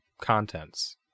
contents